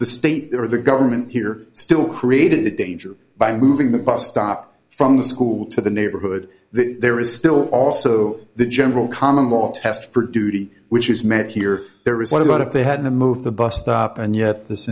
the state or the government here still created that danger by moving the bus stop from the school to the neighborhood that there is will also the general common more test for duty which is meant here there is what about if they had to move the bus stop and yet this